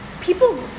people